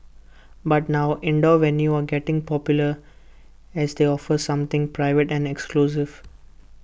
but now indoor venues are getting popular as they offer something private and exclusive